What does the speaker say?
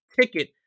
ticket